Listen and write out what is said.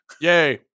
yay